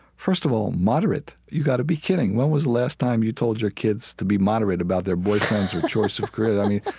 first of all, moderate, you gotta be kidding. when was the last time you told your kids to be moderate about their boyfriends or choice of career? i mean,